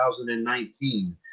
2019